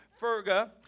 Ferga